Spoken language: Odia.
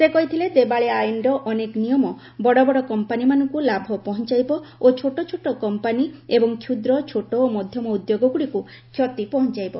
ସେ କହିଥିଲେ ଦେବାଳିଆ ଆଇନର ଅନେକ ନିୟମ ବଡ଼ବଡ଼ କମ୍ପାନିମାନଙ୍କୁ ଲାଭ ପହଞ୍ଚାଇବ ଓ ଛୋଟଛୋଟ କମ୍ପାନି ଏବଂ କ୍ଷୁଦ୍ ଛୋଟ ଓ ମଧ୍ୟମ ଉଦ୍ୟୋଗଗ୍ରଡ଼ିକ୍ କ୍ଷତି ପହଞ୍ଚାଇବ